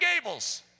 Gables